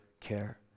care